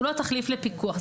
הוא לא תחליף לפיקוח.